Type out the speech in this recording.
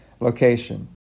location